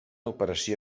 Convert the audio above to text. operació